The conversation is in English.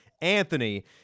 Anthony